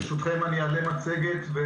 ברשותכם, אני אעלה מצגת.